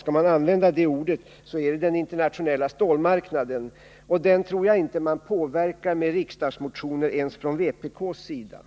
Skall man använda det ordet, så skall man tala om den internationella stålmarknaden, och den tror jag inte man kan påverka ens genom riksdagsmotioner från vpk:s sida.